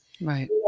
Right